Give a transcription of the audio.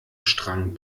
strang